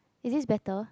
is this better